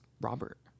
robert